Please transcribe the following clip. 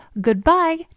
goodbye